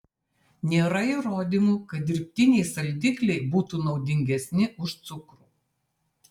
nėra įrodymų kad dirbtiniai saldikliai būtų naudingesni už cukrų